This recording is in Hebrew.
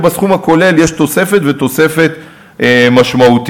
ובסכום הכולל יש תוספת, ותוספת משמעותית.